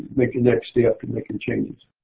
make the next step in making changes.